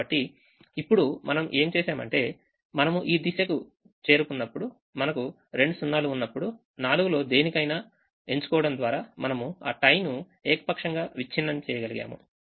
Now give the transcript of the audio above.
కాబట్టి ఇప్పుడు మనం ఏమి చేసాము అంటే మనము ఈ దశకు చేరుకున్నప్పుడు మనకు రెండు 0 లు ఉన్నప్పుడు 4లో దేనినైనా ఎంచుకోవడం ద్వారా మనము ఆ టైను ఏకపక్షంగా విచ్ఛిన్నం చేయగలిగాము